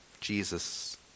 Jesus